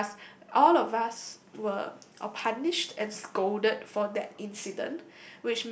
and thus all of us were oh punished and scolded for that incident